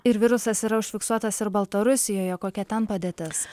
ir virusas yra užfiksuotas ir baltarusijoje kokia ten padėtis